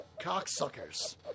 Cocksuckers